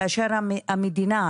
כאשר המדינה,